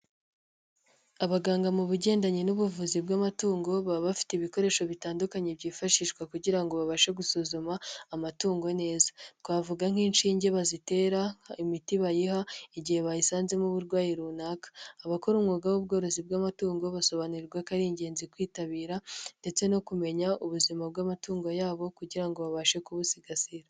Abaganga mu bigendanye n'ubuvuzi bw'amatungo baba bafite ibikoresho bitandukanye byifashishwa kugira ngo babashe gusuzuma amatungo neza, twavuga nk'inshinge bazitera, imiti bayiha igihe bayisanzemo uburwayi runaka, abakora umwuga w'ubworozi bw'amatungo basobanurirwa ko ari ingenzi kwitabira ndetse no kumenya ubuzima bw'amatungo yabo kugira ngo babashe kubusigasira.